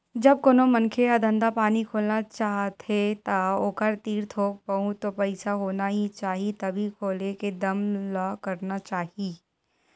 जब कोनो मनखे ह धंधा पानी खोलना चाहथे ता ओखर तीर थोक बहुत तो पइसा होना ही चाही तभे खोले के दम ल करना चाही